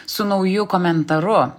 su nauju komentaru